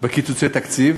בקיצוצי תקציב,